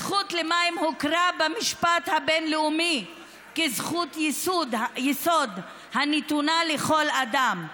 הזכות למים הוכרה במשפט הבין-לאומי כזכות יסוד הנתונה לכל אדם,